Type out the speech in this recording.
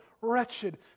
wretched